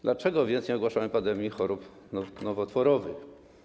Dlaczego więc nie ogłasza się pandemii chorób nowotworowych?